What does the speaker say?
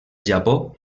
japó